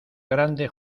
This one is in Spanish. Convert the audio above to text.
grande